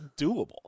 doable